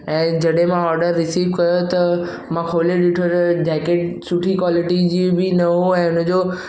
ऐं जॾहिं मां ऑडर रिसिव कयो त मां खोले ॾिठो त जेकेट सुठी कॉलिटी जो बि न हुओ ऐं हिनजो